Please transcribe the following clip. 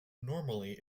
normally